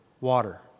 water